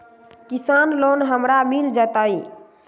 किसान लोन हमरा मिल जायत?